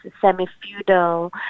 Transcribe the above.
semi-feudal